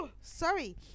Sorry